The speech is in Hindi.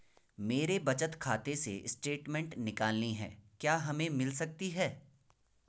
मेरे बचत खाते से स्टेटमेंट निकालनी है क्या हमें मिल सकती है?